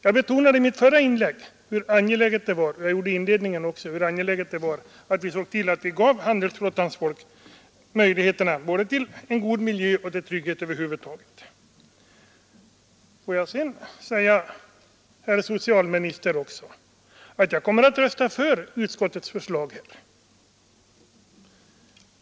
Jag betonade i mitt förra inlägg och i mitt inledningsanförande hur angeläget det var att vi såg till att vi gav handelsflottans folk möjligheter till både en god miljö och trygghet över huvud taget. Får jag sedan säga, herr socialminister, att jag kommer att rösta för utskottets förslag.